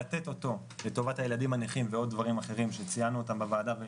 לתת זאת לטובת הילדים הנכים ועוד דברים אחרים שציינו בוועדה,